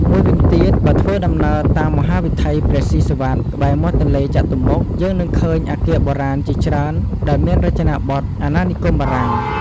មួយវិញទៀត បើធ្វើដំណើរតាមមហាវិថីព្រះស៊ីសុវត្ថិ ក្បែរមាត់ទន្លេចតុមុខ យើងនឹងឃើញអគារបុរាណជាច្រើនដែលមានរចនាបថអាណានិគមបារាំង។